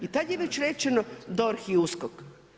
I tad je već rečeno DORH i USKOK.